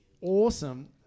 awesome